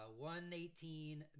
118